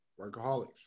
Workaholics